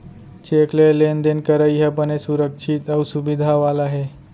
cheque ले लेन देन करई ह बने सुरक्छित अउ सुबिधा वाला हे